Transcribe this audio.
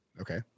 Okay